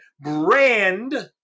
brand